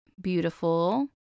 beautiful